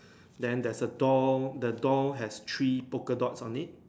then there is a doll the doll has three poker dots on it